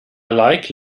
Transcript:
like